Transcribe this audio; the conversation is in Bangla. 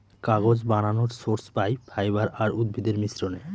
কাগজ বানানর সোর্স পাই ফাইবার আর উদ্ভিদের মিশ্রনে